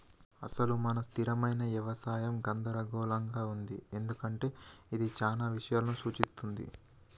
అసలు మన స్థిరమైన యవసాయం గందరగోళంగా ఉంది ఎందుకంటే ఇది చానా ఇషయాలను సూఛిస్తుంది